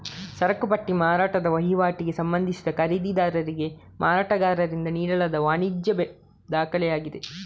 ಸರಕು ಪಟ್ಟಿ ಮಾರಾಟದ ವಹಿವಾಟಿಗೆ ಸಂಬಂಧಿಸಿದ ಖರೀದಿದಾರರಿಗೆ ಮಾರಾಟಗಾರರಿಂದ ನೀಡಲಾದ ವಾಣಿಜ್ಯ ದಾಖಲೆಯಾಗಿದೆ